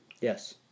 yes